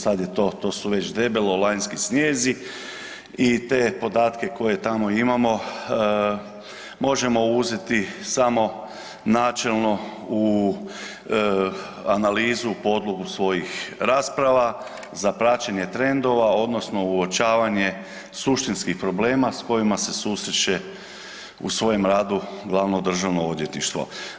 Sad je to, to su već debelo lanjski snijezi i te podatke koje tamo imamo možemo uzeti samo načelno u analizu, podlogu svojih rasprava za praćenje trendova, odnosno uočavanje suštinskih problema sa kojima se susreće u svome radu Glavno državno odvjetništvo.